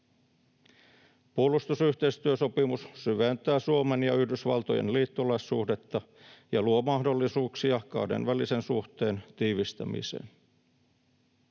Puolustusyhteistyösopimus syventää Suomen ja Yhdysvaltojen liittolaissuhdetta ja luo mahdollisuuksia kahdenvälisen suhteen tiivistämiseen.